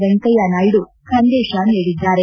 ವೆಂಕಯ್ಲನಾಯ್ಲು ಸಂದೇಶ ನೀಡಿದ್ದಾರೆ